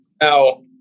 now